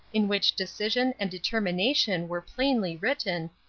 in which decision and determination were plainly written,